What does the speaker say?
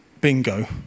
bingo